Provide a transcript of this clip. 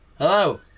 Hello